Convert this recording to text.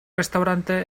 restaurante